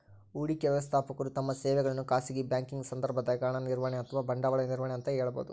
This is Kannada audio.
ಹೂಡಿಕೆ ವ್ಯವಸ್ಥಾಪಕರು ತಮ್ಮ ಸೇವೆಗಳನ್ನು ಖಾಸಗಿ ಬ್ಯಾಂಕಿಂಗ್ ಸಂದರ್ಭದಾಗ ಹಣ ನಿರ್ವಹಣೆ ಅಥವಾ ಬಂಡವಾಳ ನಿರ್ವಹಣೆ ಅಂತ ಹೇಳಬೋದು